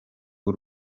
w’u